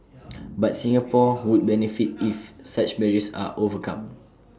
but Singapore would benefit if such barriers are overcome